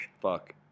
fuck